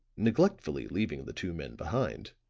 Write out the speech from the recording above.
neglectfully leaving the two men behind,